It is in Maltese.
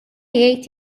jgħid